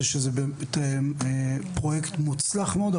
זה שזה פרויקט מוצלח מאוד,